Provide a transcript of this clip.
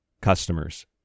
customers